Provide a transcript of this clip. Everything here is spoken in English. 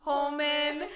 Holman